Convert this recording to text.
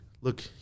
look